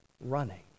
Running